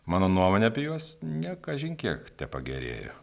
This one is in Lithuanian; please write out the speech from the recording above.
mano nuomonė apie juos ne kažin kiek tepagerėjo